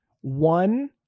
one